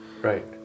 Right